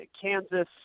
Kansas